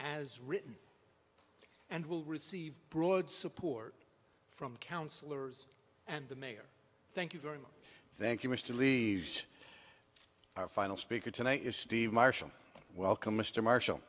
as written and will receive broad support from councillors and the mayor thank you very much thank you mr leaves our final speaker tonight is steve marshall welcome mr marshall